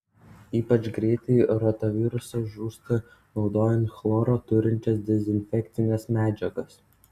ypač greitai rotavirusas žūsta naudojant chloro turinčias dezinfekcines medžiagas